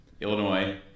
Illinois